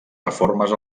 reformes